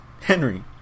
Henry